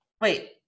wait